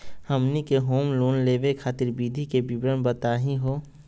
हमनी के home loan लेवे खातीर विधि के विवरण बताही हो?